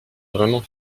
vraiment